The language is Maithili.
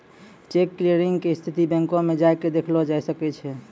चेक क्लियरिंग के स्थिति बैंको मे जाय के देखलो जाय सकै छै